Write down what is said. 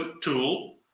tool